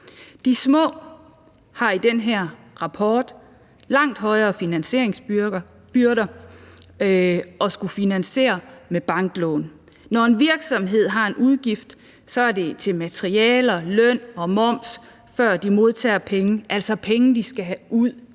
De små har i den her rapport langt højere byrder at skulle finansiere med banklån. Når en virksomhed har en udgift, er det til materialer, løn og moms, før de modtager penge – altså penge, de skal have ud,